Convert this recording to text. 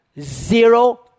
Zero